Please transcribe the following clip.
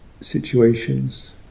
situations